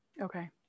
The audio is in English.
Okay